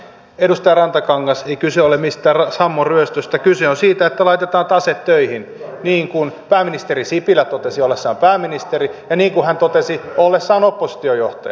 edustaja rantakangas ei kyse ole mistään sammon ryöstöstä vaan kyse on siitä että laitetaan tase töihin niin kuin pääministeri sipilä totesi ollessaan pääministeri ja niin kuin hän totesi ollessaan oppositiojohtaja